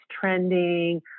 trending